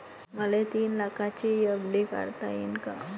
मले तीन लाखाची एफ.डी काढता येईन का?